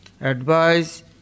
advice